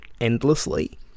endlessly